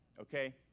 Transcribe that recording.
okay